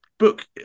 book